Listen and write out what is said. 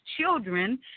children